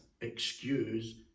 excuse